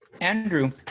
Andrew